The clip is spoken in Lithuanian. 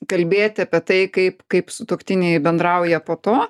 kalbėti apie tai kaip kaip sutuoktiniai bendrauja po to